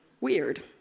Weird